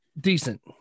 decent